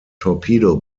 torpedo